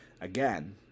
Again